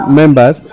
members